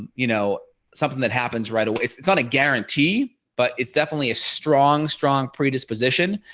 you know something that happens right away. it's it's not a guarantee but it's definitely a strong strong predisposition.